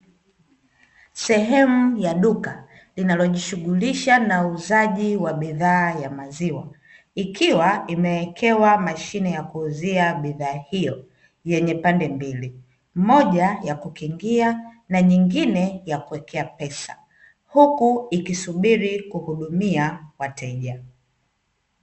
Sehemu ya duka, linalojishughulisha na uuzaji wa bidhaa ya maziwa, ikiwa imewekewa mashine ya kuuzia bidhaa hiyo yenye pande mbili; moja ya kukingia na nyingine ya kuwekea pesa, huku ikisubiri kuhudumia wateja.